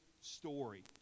story